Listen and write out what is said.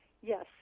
Yes